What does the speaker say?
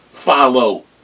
follow